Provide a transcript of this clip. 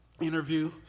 interview